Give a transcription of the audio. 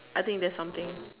I think there's something